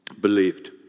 believed